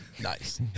Nice